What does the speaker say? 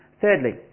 Thirdly